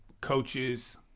coaches